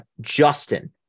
Justin